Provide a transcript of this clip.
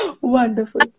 wonderful